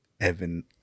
Evan